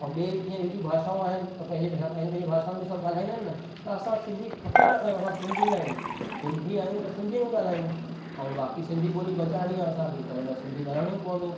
ऐं ॿिए जीअं एॾियूं भाषाऊं आहिनि त पंहिंजी हा पंहिंजी पंहिंजी भाषाउनि में सभु ॻाल्हाईंदा आहिनि न त असां सिंधी फ़ख़ुरु था कयूं असां सिंधी आहियूं सिंधी आहियूं त सिंधीअ में ॻाल्हायूं ऐं बाक़ी सिंधी ॿोली बचाइणी आहे असांखे त हुन लाइ सिंधी ॻाल्हाइणो ई पवंदो